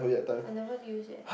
I never use yet